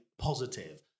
positive